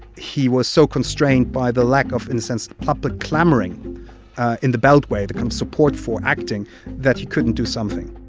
he was so constrained by the lack of, in a sense, public clamoring in the beltway, the support for acting that he couldn't do something